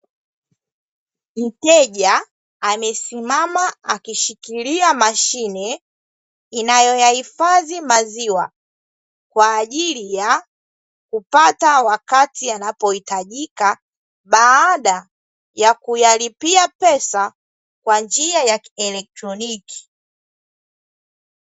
Mteja amesimama akishikilia mashine inayoyahifadhi maziwa kwa ajili ya kupata wakati yanapohitajika, baada ya kuyalipia pesa kwa njia kielektroniki.